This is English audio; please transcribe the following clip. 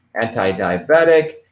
anti-diabetic